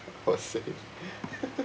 positive